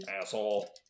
Asshole